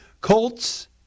Colts